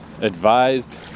advised